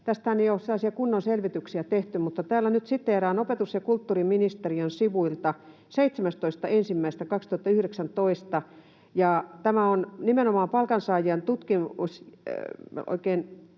sellaisia kunnon selvityksiä tehty, mutta täällä nyt siteeraan opetus- ja kulttuuriministeriön sivuja 17.1.2019, ja tämä on nimenomaan... oikein täällä